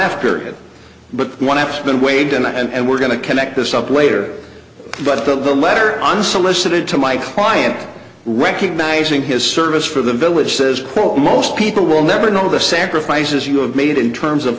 after it but one has been waved in and we're going to connect this up later but the letter unsolicited to my client recognizing his service for the village says quote most people will never know the sacrifices you have made in terms of